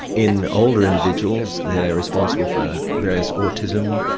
in older individuals they're responsible for various autism,